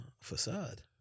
facade